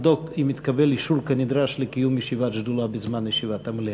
לבדוק אם התקבל אישור כנדרש לקיום ישיבת שדולה בזמן ישיבת המליאה.